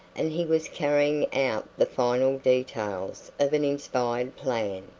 and he was carrying out the final details of an inspired plan.